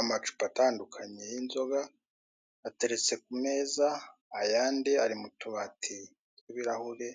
Amacupa atandukanye y'inzoga ateretse ku meza ayandi ari mu tubati tw'ibirahure